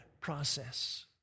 process